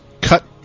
cut